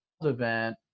event